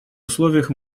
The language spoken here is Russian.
условиях